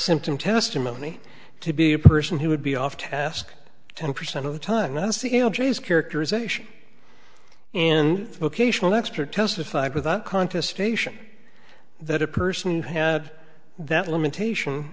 symptom testimony to be a person who would be off task ten percent of the time nancy you know juries characterization and vocational expert testified without contest station that a person had that limitation